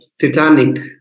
titanic